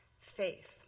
Faith